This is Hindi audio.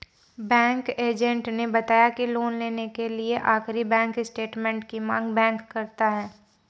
बैंक एजेंट ने बताया की लोन लेने के लिए आखिरी बैंक स्टेटमेंट की मांग बैंक करता है